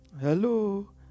Hello